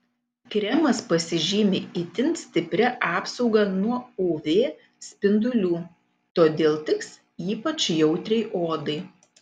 kremas pasižymi itin stipria apsauga nuo uv spindulių todėl tiks ypač jautriai odai